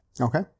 okay